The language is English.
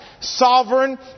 sovereign